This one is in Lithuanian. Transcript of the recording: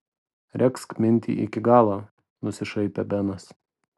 regzk mintį iki galo nusišaipė benas